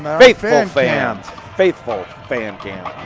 faithful fans. faithful fan cam.